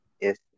yes